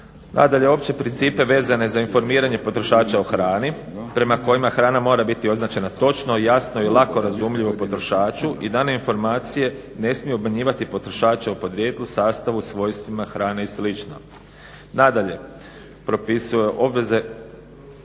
Nadalje, opće principe vezane za informiranje potrošača o hrani, prema kojima hrana mora biti označena točno, jasno i lako razumljivo i potrošaču i dane informacije ne smiju obmanjivati potrošače o podrijetlu, sastavu, svojstvima hrane i slično. Nadalje, propisuje obveze